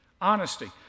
Honesty